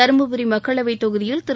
தருமபுரி மக்களவைத் தொகுதியில் திரு